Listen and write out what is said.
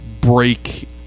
break